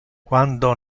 quando